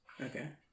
Okay